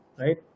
right